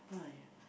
!aiya!